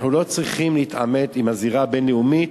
אנחנו לא צריכים להתעמת עם הזירה הבין-לאומית,